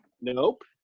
Nope